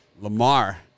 Lamar